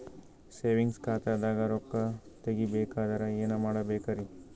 Savings ಖಾತಾದಾಗ ರೊಕ್ಕ ತೇಗಿ ಬೇಕಾದರ ಏನ ಮಾಡಬೇಕರಿ?